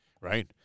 right